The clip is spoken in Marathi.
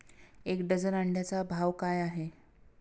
एक डझन अंड्यांचा भाव काय आहे?